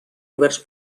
oberts